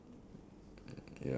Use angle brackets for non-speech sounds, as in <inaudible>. mine <breath>